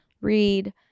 read